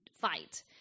fight